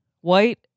White